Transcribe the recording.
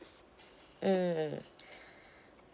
mm